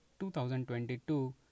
2022